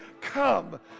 come